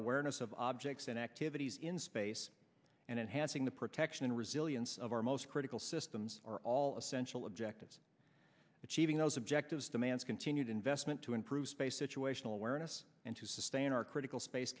awareness of objects and activities in space and enhancing the protection and resilience of our most critical systems are all essential objectives achieving those objectives demands continued investment to improve space situational awareness and to sustain our critical space